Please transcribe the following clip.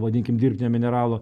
vadinkim dirbtinio mineralo